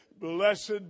Blessed